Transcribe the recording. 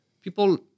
People